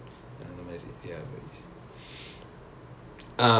okay can is by some professional is it